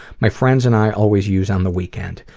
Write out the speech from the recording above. my friends and i always use on the weekend.